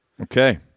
Okay